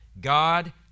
God